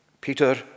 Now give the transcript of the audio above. Peter